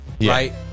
right